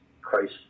Christ